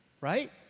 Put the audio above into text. right